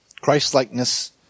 Christlikeness